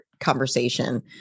conversation